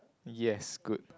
yes good